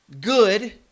good